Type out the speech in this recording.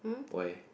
why